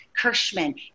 Kirschman